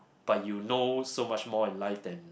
but you know so much more in life than